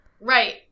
Right